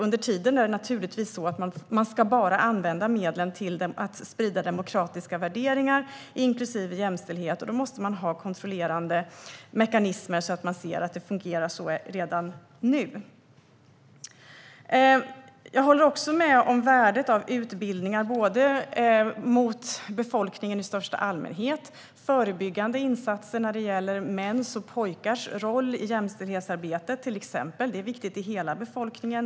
Under tiden ska man naturligtvis bara använda medlen till att sprida demokratiska värderingar inklusive jämställdhet, och då måste man ha kontrollerande mekanismer så att man ser att det fungerar så redan nu. Jag håller också med om värdet av utbildningar för befolkningen i största allmänhet och till exempel förebyggande insatser när det gäller mäns och pojkars roll i jämställdhetsarbetet. Det är viktigt i hela befolkningen.